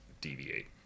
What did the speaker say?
deviate